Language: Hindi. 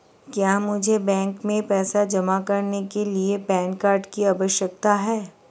क्या मुझे बैंक में पैसा जमा करने के लिए पैन कार्ड की आवश्यकता है?